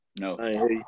No